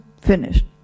finished